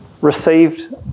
received